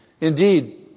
Indeed